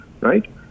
right